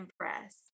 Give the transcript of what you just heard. impress